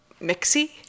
mixy